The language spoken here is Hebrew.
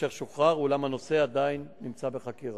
אשר שוחרר, אולם הנושא עדיין נמצא בחקירה.